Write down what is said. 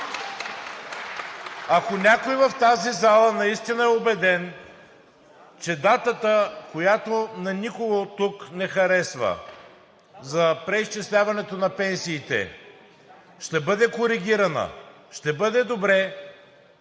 Ако някой в тази зала наистина е убеден, че датата, която на никого от тук не харесва, за преизчисляването на пенсиите ще бъде коригирана, ще бъде добре